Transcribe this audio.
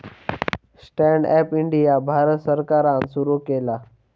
stand up India Bharat सरकारान सुरू केला